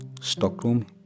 Stockholm